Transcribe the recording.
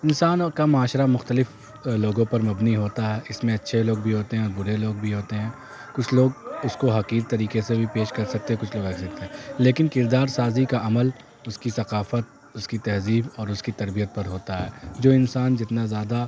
انسانوں کا معاشرہ مختلف لوگوں پر مبنی ہوتا ہے اس میں اچھے لوگ بھی ہوتے ہیں اور برے لوگ بھی ہوتے ہیں کچھ لوگ اس کو حقیر طریقے سے بھی پیش کر سکتے ہیں کچھ لوگ ایسے لکھتے ہیں لیکن کردار سازی کا عمل اس کی ثقافت اس کی تہذیب اور اس کی تربیت پر ہوتا ہے جو انسان جتنا زیادہ